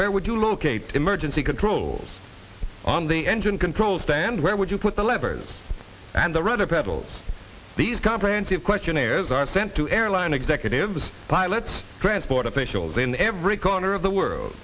where would you locate emergency controls on the engine control stand where would you put the levers and the rudder pedals these comprehensive questionnaires are sent to airline executives pilots transport officials in every corner of the world